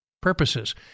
Purposes